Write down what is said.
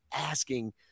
asking